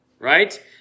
Right